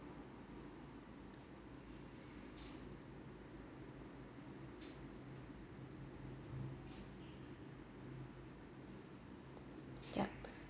yup